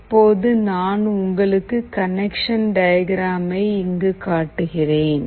இப்போது நான் உங்களுக்கு கனெக்ஷன் டயக்ராமை இங்கு காட்டுகிறேன்